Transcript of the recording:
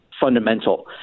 fundamental